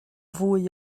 fwy